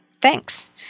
Thanks